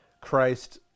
Christ